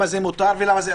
מותר ולמה זה אסור?